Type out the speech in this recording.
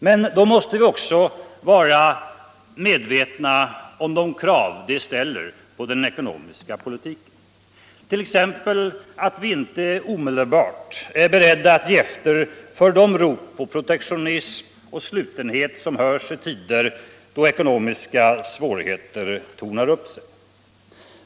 Men då måste vi också vara medvetna om de krav det ställer på den ekonomiska politiken, t.ex. att vi inte omedelbart ger efter för de rop på protektionism och slutenhet som hörs i tider-då de ekonomiska svårigheterna tornar upp sig.